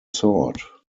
sort